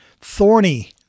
thorny